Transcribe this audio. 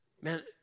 Man